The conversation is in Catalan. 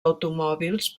automòbils